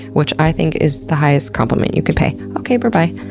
which i think is the highest compliment you can pay. okay, berbye.